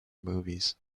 movies